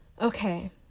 okay